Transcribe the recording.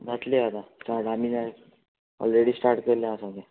जातली आतां स्टार्ट आमी जाय ऑलरेडी स्टार्ट केल्लें आसा आमी